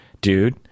dude